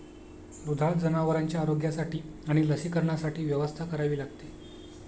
दुधाळ जनावरांच्या आरोग्यासाठी आणि लसीकरणासाठी व्यवस्था करावी लागते